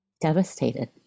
devastated